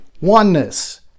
oneness